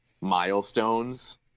milestones